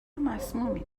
مسمومی